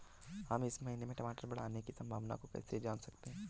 हम इस महीने में टमाटर के बढ़ने की संभावना को कैसे जान सकते हैं?